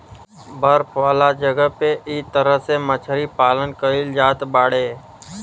बर्फ वाला जगह पे इ तरह से मछरी पालन कईल जात बाड़े